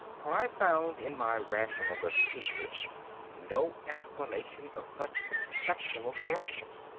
for i found in my rationalist teachers no explanation of such exceptional corruption.